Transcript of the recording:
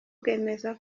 bwemeza